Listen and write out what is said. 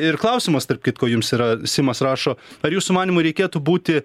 ir klausimas tarp kitko jums yra simas rašo ar jūsų manymu reikėtų būti